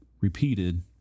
repeated